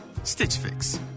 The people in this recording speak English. StitchFix